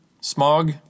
Smog